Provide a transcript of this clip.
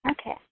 Okay